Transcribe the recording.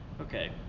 Okay